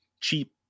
cheap